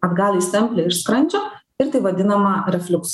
atgal į stemplę iš skrandžio ir tai vadinama refliuksu